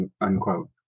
unquote